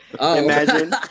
Imagine